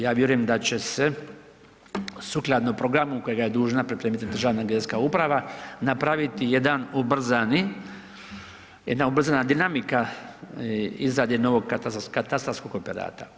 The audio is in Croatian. Ja vjerujem da će se sukladno programu kojega je dužna pripremiti Državna geodetska uprava napraviti jedna ubrzana dinamika izrade novog katastarskog operata.